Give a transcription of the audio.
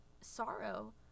sorrow